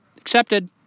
accepted